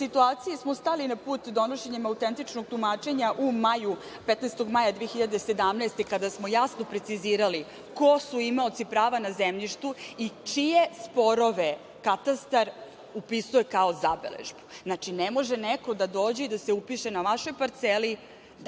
situaciji smo stali na put donošenjem autentičnog tumačenja u maju, 15. maja 2017. godine kada smo jasno precizirali ko su imaoci prava na zemljištu i čije sporove Katastar upisuje kao zabeležbu. Znači, ne može neko da dođe i da se upiše na vašoj parceli,